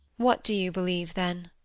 what do you believe, then?